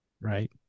Right